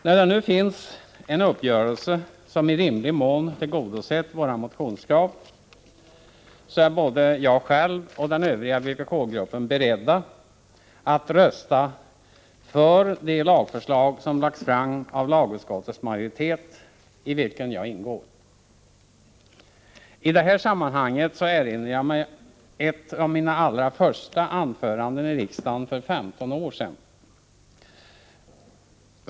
När det nu finns en uppgörelse som i rimlig mån tillgodosett våra motionskrav, är både jag själv och den övriga vpk-gruppen beredda att rösta för de lagförslag som lagts fram av lagutskottets majoritet, i vilken jag ingår. I det här sammanhanget erinrar jag mig ett av mina allra första anföranden i riksdagen för 15 år sedan.